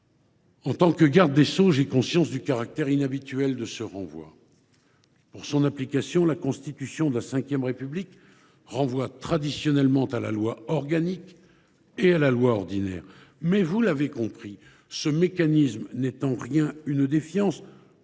En tant que garde des sceaux, j’ai conscience du caractère inhabituel de ce renvoi. Pour son application, la Constitution de la V République renvoie traditionnellement à la loi organique et à la loi ordinaire. Toutefois, vous l’avez compris : ce mécanisme n’est en rien une défiance,